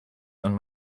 ond